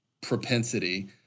propensity